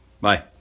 Bye